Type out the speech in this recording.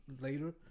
later